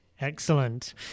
excellent